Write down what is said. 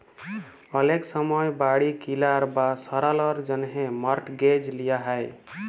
অলেক সময় বাড়ি কিলার বা সারালর জ্যনহে মর্টগেজ লিয়া হ্যয়